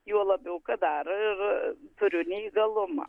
juo labiau kad dar ir turiu neįgalumą